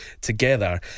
together